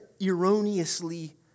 erroneously